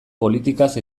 politikaz